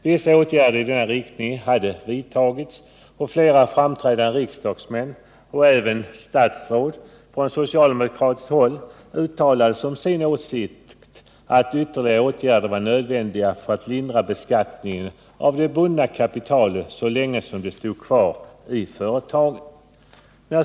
Vissa åtgärder i denna riktning hade vidtagits, och flera framträdande riksdagsmän och även statsråd på socialdemokratiskt håll uttalade som sin åsikt, att ytterligare åtgärder var nödvändiga för att lindra beskattningen av det bundna kapitalet så länge som det står kvar i företaget.